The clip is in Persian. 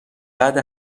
بعد